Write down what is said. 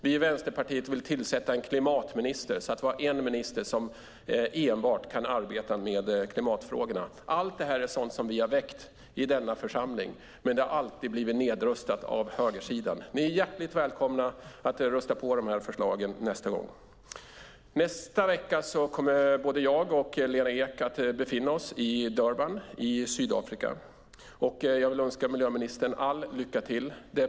Vi i Vänsterpartiet vill tillsätta en klimatminister, så att det finns en minister som kan arbeta enbart med klimatfrågorna. Allt detta är förslag som vi har väckt i denna församling, men de har alltid blivit nedröstade av högersidan. Ni är hjärtligt välkomna att rösta på de här förslagen nästa gång. Nästa vecka kommer både jag och Lena Ek att befinna oss i Durban i Sydafrika. Jag vill önska miljöministern all lycka till.